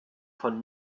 von